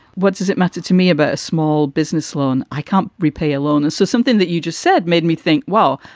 what does it matter to me about a small business loan? i can't repay a loan is so something that you just said made me think, wow,